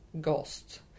ghost